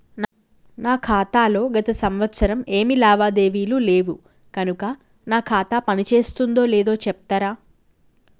నా ఖాతా లో గత సంవత్సరం ఏమి లావాదేవీలు లేవు కనుక నా ఖాతా పని చేస్తుందో లేదో చెప్తరా?